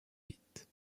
vite